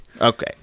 Okay